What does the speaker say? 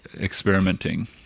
experimenting